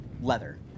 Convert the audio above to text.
leather